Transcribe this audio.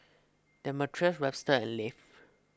Demetrius Webster and Leif